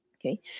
Okay